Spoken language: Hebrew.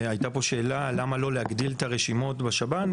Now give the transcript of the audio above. הייתה פה שאלה למה לא להגדיל את הרשימות בשב"ן?